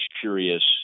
curious